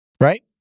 right